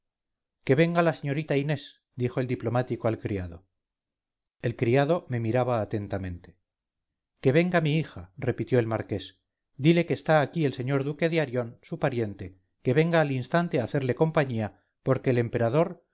que venga la señorita inés dijo el diplomático al criado el criado me miraba atentamente que venga mi hija repitió el marqués dile que está aquí el señor duque de arión su pariente que venga al instante a hacerle compañía porque el emperador